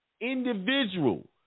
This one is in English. individual